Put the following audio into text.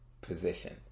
position